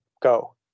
go